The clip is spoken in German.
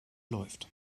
läuft